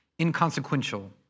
inconsequential